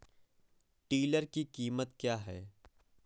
Tiller की कीमत क्या है?